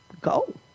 Go